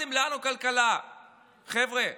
השארתם לנו כלכלה, חבר'ה,